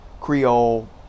Creole